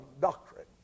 doctrine